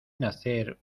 nacer